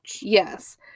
Yes